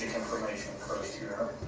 information was